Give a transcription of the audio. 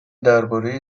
درباره